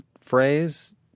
phrase